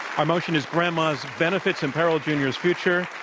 our motion is grandma's benefits imperil junior's future.